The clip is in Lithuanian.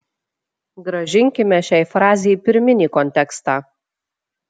grąžinkime šiai frazei pirminį kontekstą